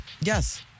Yes